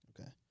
Okay